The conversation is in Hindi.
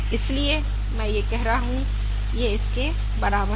इसलिए मैं यह कह रहा हूं यह इसके बराबर है